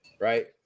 right